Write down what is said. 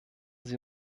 sie